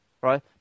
Right